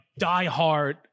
diehard